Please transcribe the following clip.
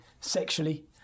sexually